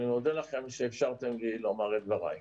ואני מודה לכם שאפשרתם לי לומר את דבריי.